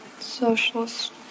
socialist